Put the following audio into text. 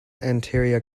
anterior